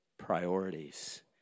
priorities